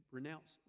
Renounce